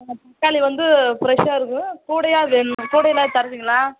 ஆ தக்காளி வந்து ஃப்ரெஷ்ஷாக இருக்கணும் கூடையாக வேணும் கூடையில் தருவீங்களா